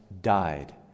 died